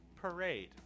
parade